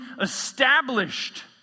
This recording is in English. established